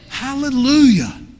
Hallelujah